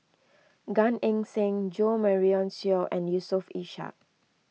Gan Eng Seng Jo Marion Seow and Yusof Ishak